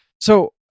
So-